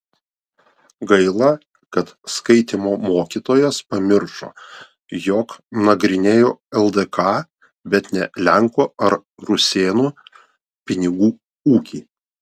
gaila kad skaitymo mokytojas pamiršo jog nagrinėjau ldk bet ne lenkų ar rusėnų pinigų ūkį